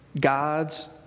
God's